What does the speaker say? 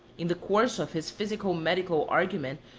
in the course of his physico-medical argument,